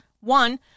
One